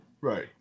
Right